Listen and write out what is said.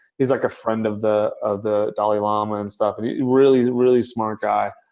he's like a friend of the of the dalai lama and stuff, a really, really smart guy.